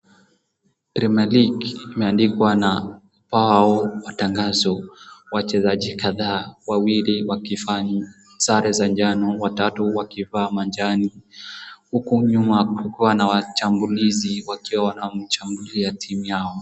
Wachezaji kadhaa. Huku nyuma kuna washambulizi ambao wanashangilia timu yao.